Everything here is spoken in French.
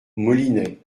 molinet